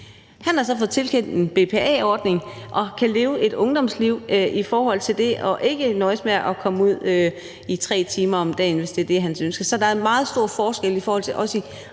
ven har så fået tilkendt en BPA-ordning og kan leve et ungdomsliv i forhold til det med ikke at nøjes med at komme ud i 3 timer om dagen, hvis det er hans ønske. Så der er en meget stor forskel, og det er også